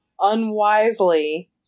unwisely